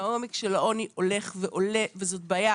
והעומק של העוני הולך ועולה וזאת בעיה